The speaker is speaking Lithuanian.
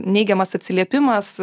neigiamas atsiliepimas